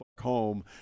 home